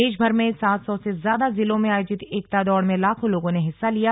देश भर में सात सौ से ज्यादा जिलों में आयोजित एकता दौड़ में लाखों लोगों ने हिस्सा लिया